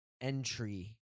entry